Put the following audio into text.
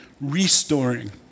restoring